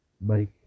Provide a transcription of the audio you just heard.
make